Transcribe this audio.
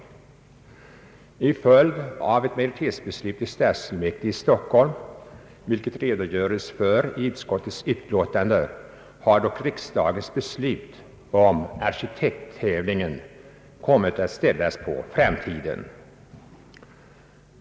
Till följd av ett majoritetsbeslut i stadsfullmäktige i Stockholm, för vilket redogörs i utskottsutlåtandet, har dock den av riksdagen beslutade arkitekttävlingen kommit att ställas på framtiden.